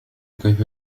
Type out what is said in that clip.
كيف